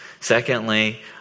Secondly